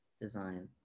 design